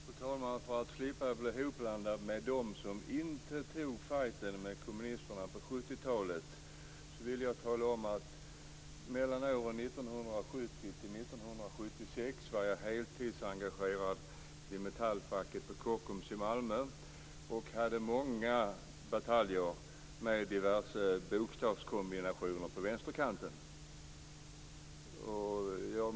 Fru talman! För att slippa bli hopblandad med dem som inte tog fighten med kommunisterna på 70 talet, vill jag tala om att mellan åren 1970 och 1976 var jag heltidsengagerad i Metallfacket på Kockums i Malmö. Jag hade många bataljer med diverse bokstavskombinationer på vänsterkanten.